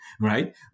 right